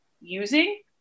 using